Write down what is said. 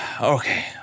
Okay